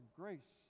grace